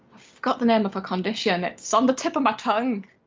got the name of her condition. it's on the tip of my tongue.